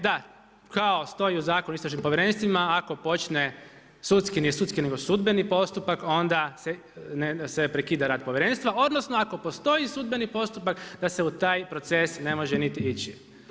Da, kao stoji u Zakonu o istražnim povjerenstvima, ako počne sudski, nije sudski nego sudbeni postupak onda se prekida rad povjerenstva odnosno ako postoji sudbeni postupak da se u taj proces ne može niti ići.